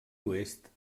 oest